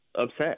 upset